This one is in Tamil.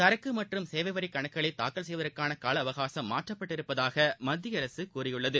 சரக்குமற்றும் சேவைவரிகணக்குகளைதாக்கல் செய்வதற்கானகாலஅவகாசம் மாற்றப்பட்டிருப்பதாக மத்திய அரசுகூறியுள்ளது